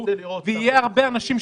יהיו הרבה אנשים,